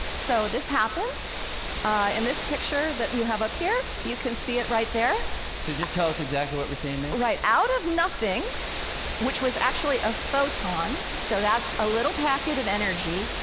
so this happens in this picture that you have up here, you can see it right there so just tell us exactly what we're seeing there right out of nothing which was actually a photon so that's a little packet of energy,